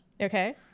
Okay